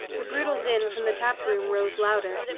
the brutal din from the tap-room rose louder.